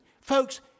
folks